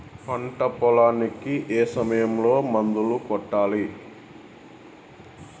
పంట పొలానికి ఏ సమయంలో మందులు కొట్టాలి?